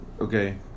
Okay